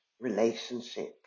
relationship